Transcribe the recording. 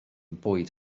bwyd